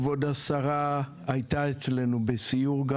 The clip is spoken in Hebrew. כבוד השרה הייתה אצלנו בסיור,